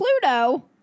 Pluto